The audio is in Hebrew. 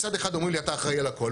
מצד אחד אומרים לי אתה אחראי על הכל,